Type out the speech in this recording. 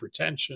hypertension